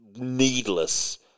needless